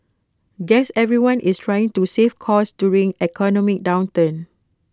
guess everyone is trying to save costs during economic downturn